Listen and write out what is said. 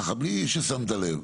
בלי ששמת לב,